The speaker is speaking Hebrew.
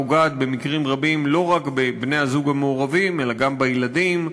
פוגעת במקרים רבים לא רק בבני-הזוג המעורבים אלא גם בילדים,